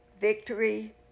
victory